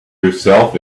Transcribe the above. yourself